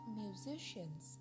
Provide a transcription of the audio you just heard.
musicians